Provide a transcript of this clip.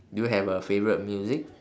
do you have a favourite music